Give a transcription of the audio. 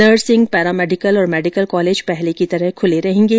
nursing paramedical और medical college पहले की तरह खुले रहेंगे